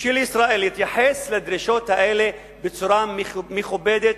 של ישראל יתייחסו לדרישות האלה בצורה מכובדת,